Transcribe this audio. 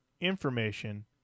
Information